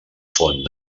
font